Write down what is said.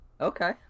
okay